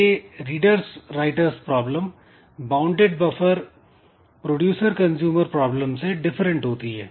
यह readers writers problem bounded buffer producer consumer problem से different होती है